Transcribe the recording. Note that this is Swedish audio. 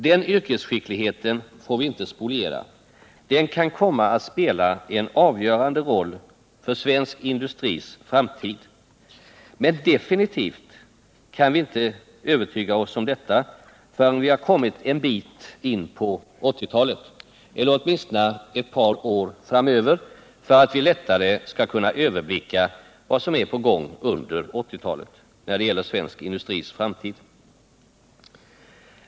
Den yrkesskickligheten får vi inte spoliera. Den kan komma att spela en avgörande roll för svensk industris framtid. Men definitivt kan vi inte övertyga oss om detta förrän vi kommit en bit in på 1980 talet eller åtminstone ett par år framåt för att vi lättare skall kunna överblicka vad som är på gång under 1980-talet när det gäller svensk industris framtid.